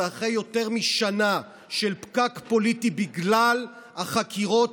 ואחרי יותר משנה של פקק פוליטי בגלל החקירות